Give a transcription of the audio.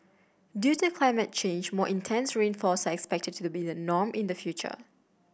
due to climate change more intense rainfalls are expected to be the norm in the future